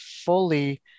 fully